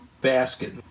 basket